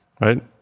right